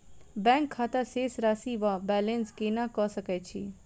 Bank खाता शेष राशि वा बैलेंस केना कऽ सकय छी?